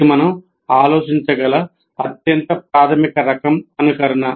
ఇది మనం ఆలోచించగల అత్యంత ప్రాధమిక రకం అనుకరణ